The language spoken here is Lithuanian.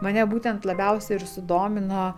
mane būtent labiausiai ir sudomino